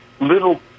little